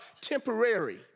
temporary